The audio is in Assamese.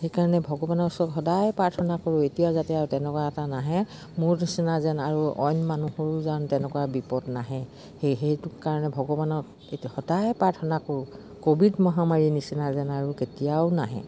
সেইকাৰণে ভগৱানৰ ওচৰত সদায় প্ৰাৰ্থনা কৰোঁ এতিয়াও যাতে আৰু তেনেকুৱা এটা নাহে মোৰ নিচিনা যেন আৰু অইন মানুহৰো যেন তেনেকুৱা বিপদ নাহে সেই সেইটো কাৰণে ভগৱানক এতিয়া সদায় প্ৰাৰ্থনা কৰোঁ ক'ভিড মহামাৰীৰ নিচিনা যেন আৰু কেতিয়াও নাহে